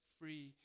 free